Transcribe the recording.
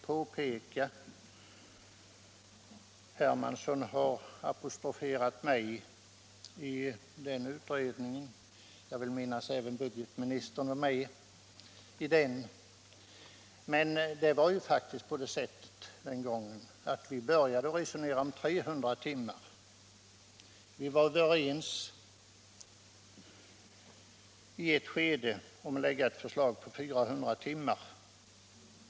Herr Hermansson har apostroferat mitt arbete i utredningen — jag vill minnas att han nämnde mig tillsammans med nuvarande budgetministern. Vi började faktiskt resonera om 300 timmar, och i ett skede var vi överens om att lägga fram förslag om 400 timmar.